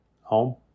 Home